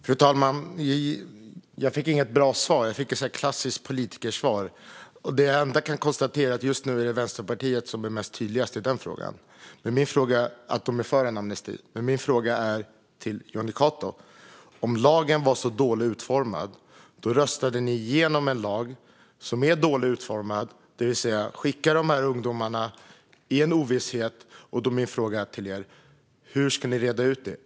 Fru talman! Jag fick inget bra svar; jag fick ett klassiskt politikersvar. Det enda jag kan konstatera är att det just nu är Vänsterpartiet som är tydligast - om att de är för en amnesti - i denna fråga. Om lagen var så dåligt utformad röstade ni alltså igenom en lag som var dåligt utformad och skickade ut dessa ungdomar i ovisshet. Min fråga till er är: Hur ska ni reda ut det?